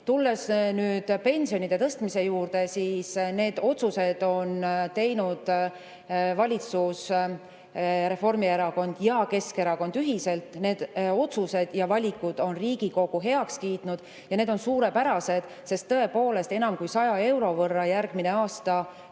Tulles nüüd pensionide tõstmise juurde, siis need otsused on teinud valitsus, Reformierakond ja Keskerakond ühiselt. Need otsused ja valikud on Riigikogu heaks kiitnud ja need on suurepärased, sest tõepoolest enam kui 100 euro võrra järgmine aasta